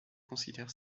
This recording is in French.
considère